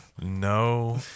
No